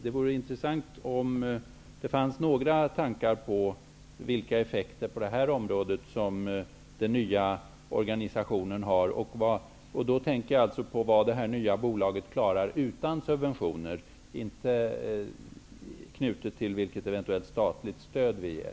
Det vore intressant, om det fanns några tankar på vilka effekter på det här området som den nya organisationen har. Då tänker jag alltså på vad det nya bolaget klarar utan subventioner, inte knutet till vilket eventuellt statligt stöd vi ger.